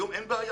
היום אין בעיה,